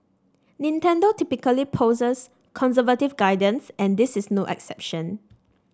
Nintendo typically posts conservative guidance and this is no exception